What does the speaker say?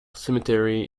cemetery